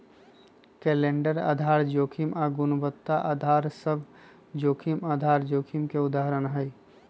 calendar आधार जोखिम आऽ गुणवत्ता अधार सभ जोखिम आधार जोखिम के उदाहरण हइ